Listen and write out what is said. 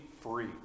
free